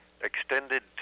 extended